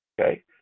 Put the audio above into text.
Okay